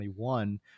2021